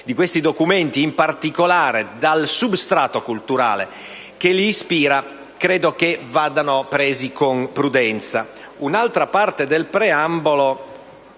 di questi documenti e, in particolare, dal substrato culturale che li ispira, credo vada preso con prudenza. Un'altra parte del preambolo